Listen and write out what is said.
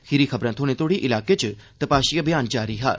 खीरी खबर थ्होने ताड़ी इलाके च तलाशी अभियान जारी हा